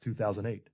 2008